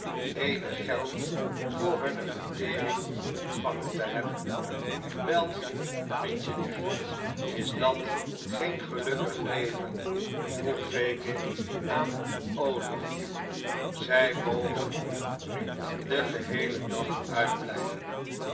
eenig geld voor hunne vertering ontvangen te hebben welnu vriendjelief is dat geen gelukkig leven vroeg fagin aan olivier zij mogen nu den geheelen dag uitblijven